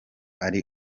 ari